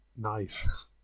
Nice